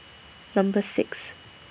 Number six